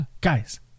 guys